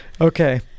Okay